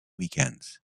weekends